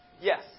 Yes